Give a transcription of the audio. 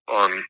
on